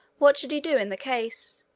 what should he do in the case?